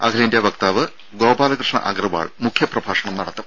അഖിലേന്ത്യാ വക്താവ് ഗോപാലകൃഷ്ണ അഗർവാൾ മുഖ്യപ്രഭാഷണം നടത്തും